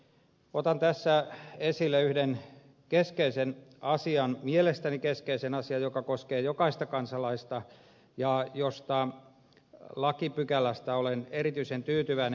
otan tässä esille yhden mielestäni keskeisen asian joka koskee jokaista kansalaista ja josta lakipykälästä olen erityisen tyytyväinen